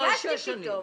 התרגשתי פתאום.